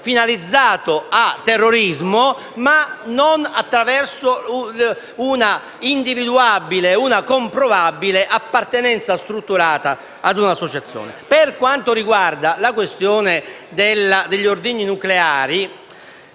a terrorismo, ma non attraverso una individuabile e comprovabile appartenenza strutturata a un'associazione. Per quanto riguarda la questione inerente agli ordigni nucleari,